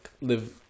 live